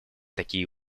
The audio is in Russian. такие